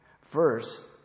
First